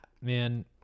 Man